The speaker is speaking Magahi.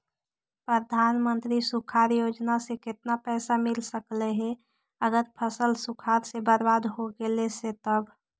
प्रधानमंत्री सुखाड़ योजना से केतना पैसा मिल सकले हे अगर फसल सुखाड़ से बर्बाद हो गेले से तब?